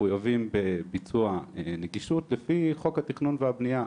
מחוייבים בביצוע נגישות לפי חוק התכנון והבנייה.